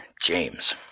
James